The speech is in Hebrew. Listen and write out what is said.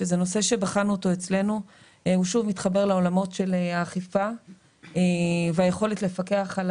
זה נושא שמתחבר לעולמות של האכיפה והיכולת לפקח על